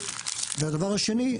והדבר השני,